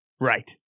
Right